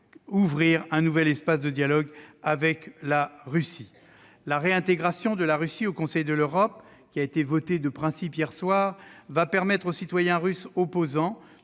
ouvrir un nouvel espace de dialogue avec la Russie. La réintégration de la Russie au sein du Conseil de l'Europe, dont le principe a été adopté hier soir, permettra aux citoyens russes opposants